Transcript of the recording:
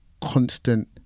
constant